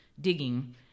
digging